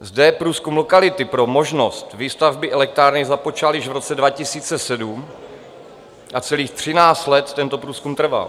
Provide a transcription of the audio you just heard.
Zde průzkum lokality pro možnost výstavby elektrárny započal již v roce 2007 a celých 13 let tento průzkum trval.